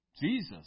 Jesus